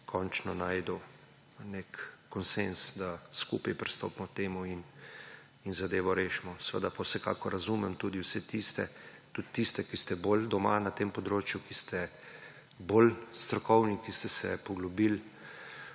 končno našel nek konsenz, da skupaj pristopimo k temu in zadevo rešimo. Seveda pa vsekakor razumem tudi vse tiste, ki ste bolj doma na tem področju, ki ste bolj strokovni, ki ste se poglobili